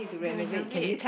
they renovate